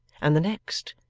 and the next,